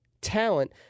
talent